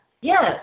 yes